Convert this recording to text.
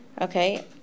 Okay